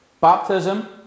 baptism